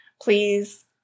Please